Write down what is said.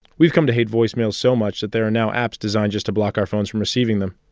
we've come to hate voicemails so much that there are now apps designed just to block our phones from receiving them.